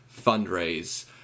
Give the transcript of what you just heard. fundraise